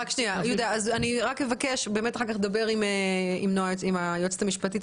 יהודה, אני מבקשת שאחר כך תדבר עם היועצת המשפטית.